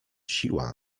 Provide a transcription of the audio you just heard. siła